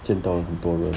见到很多人